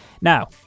Now